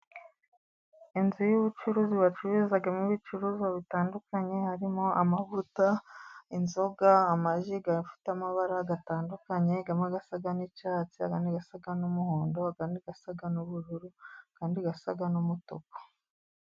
Inzu y'ubucuruzi bacururizamo ibicuruzwa bitandukanye, harimo amavuta, inzoga, amaji afite amabara atandukanye, amwe asa n'icyatsi, andi asa n'umuhondo, andi asa n'ubururu andi asa n'umutuku.